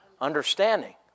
Understanding